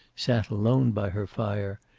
sat alone by her fire,